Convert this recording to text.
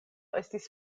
estis